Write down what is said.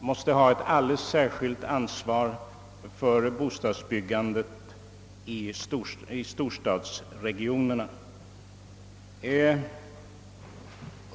måste ha ett alldeles särskilt ansvar för bostadsbyggandet i storstadsregionerna.